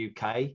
UK